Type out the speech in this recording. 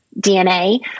DNA